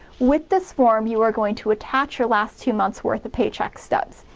with this form, you are going to attach your last few months worth of paycheck stubs.